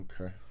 Okay